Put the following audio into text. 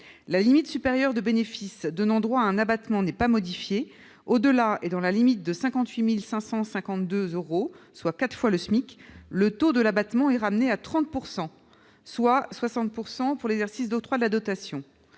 La limite supérieure de bénéfice donnant droit à un abattement n'est pas modifiée : au-delà, et dans la limite de 58 552 euros, soit quatre fois le SMIC, le taux de l'abattement est ramené à 30 % et à 60 % pour l'exercice d'octroi de la dotation.